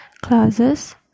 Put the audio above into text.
classes